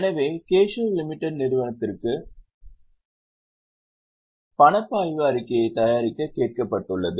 எனவே கேசவ் லிமிடெட் நிறுவனத்திற்கு பணப்பாய்வு அறிக்கையைத் தயாரிக்க கேட்கப்பட்டுள்ளது